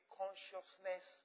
consciousness